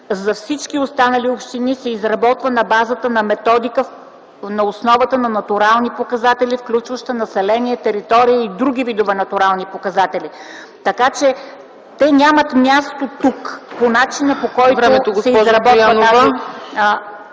за всички останали общини се изработва на базата на методика на основата на натурални показатели, включваща население, територия и други видове натурални показатели. Така че те нямат място тук по начина, по който се изработват тези